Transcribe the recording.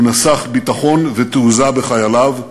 הוא נסך ביטחון ותעוזה בחייליו.